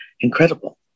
incredible